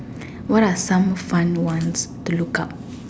what are some fun ones to look up